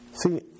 See